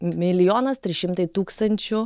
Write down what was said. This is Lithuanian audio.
milijonas trys šimtai tūkstančių